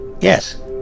Yes